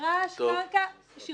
זה מחטף בחירות.